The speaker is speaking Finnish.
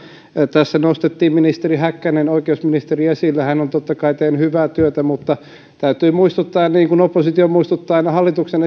tässä nostettiin ministeri häkkänen oikeusministeri esille hän on totta kai tehnyt hyvää työtä mutta täytyy muistuttaa niin kuin oppositio muistuttaa aina hallituksen